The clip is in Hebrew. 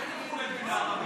אדוני היושב-ראש,